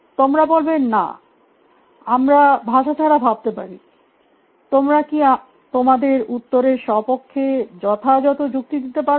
তোমরা বলবে না আমরা ভাষা ছাড়া ভাবতে পারি তোমরা কি তোমাদের উত্তরের স্বপক্ষে যথাযথ যুক্তি দিতে পারবে